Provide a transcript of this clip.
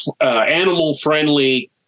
animal-friendly